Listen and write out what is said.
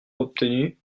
obtenu